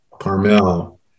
Carmel